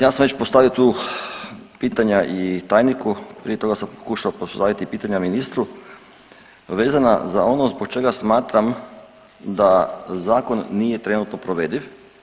Ja sam već postavio tu pitanja i tajniku, prije toga sam pokušao postavi pitanja ministru vezana za ono zbog čega smatram da zakon nije trenutno provediv.